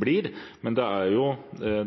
blir. Men